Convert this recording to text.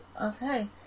Okay